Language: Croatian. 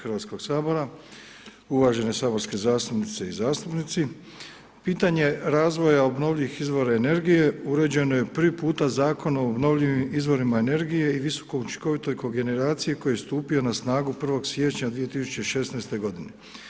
Hrvatskoga sabora, uvažene saborske zastupnice i zastupnici, pitanje razvoja obnovljivih izvora energije uređeno je prvi puta Zakonom o obnovljivim izvorima energije i visokoučinkovitoj kogeneraciji koji je stupio na snagu 1. siječnja 2016. godine.